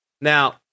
Now